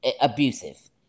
abusive